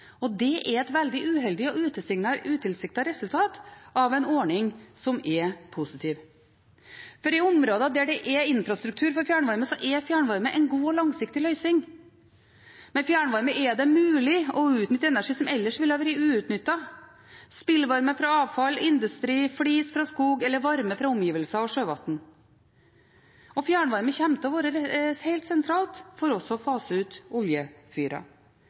og dette er et veldig uheldig og utilsiktet resultat av en ordning som er positiv. For i områder der det er infrastruktur for fjernvarme, er fjernvarme en god og langsiktig løsning. Med fjernvarme er det mulig å utnytte energi som ellers ville vært uutnyttet – spillvarme fra avfall og industri, flis fra skog eller varme fra omgivelser og sjøvann – og fjernvarme kommer til å være helt sentralt også når det gjelder å fase ut